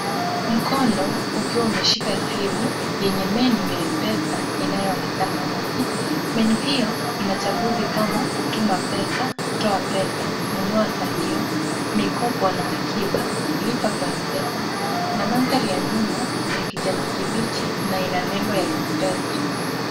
Mkono ukiwa umeshika simu yenye menu ya M-Pesa inayoonekana wazi. Menu hiyo ina chaguzi kama tuma pesa, toa pesa, nunua salio, mikopo na akiba, lipa kwa M-Pesa na mandhari ya nyuma ni ya kijani kibichi na ina nembo ya M-Pesa.